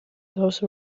those